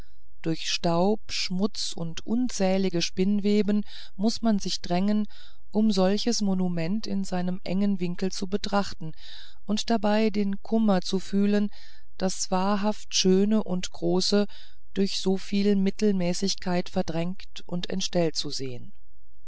durch staub schmutz und unzählige spinnweben muß man sich drängen um manches monument in seinem engen winkel zu betrachten und dabei den kummer zu fühlen das wahrhaft schöne und große durch soviel mittelmäßigkeit verdrängt und entstellt zu sehen